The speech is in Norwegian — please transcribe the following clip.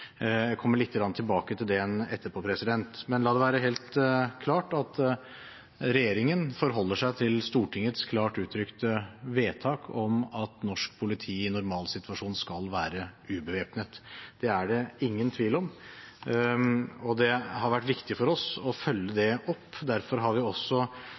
Jeg kommer litt tilbake til det igjen etterpå. La det være helt klart at regjeringen forholder seg til Stortingets klart uttrykte vedtak om at norsk politi i normalsituasjoner skal være ubevæpnet. Det er det ingen tvil om. Det har vært viktig for oss å følge det opp. Derfor har vi også